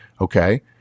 Okay